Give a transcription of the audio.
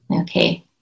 okay